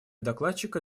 докладчика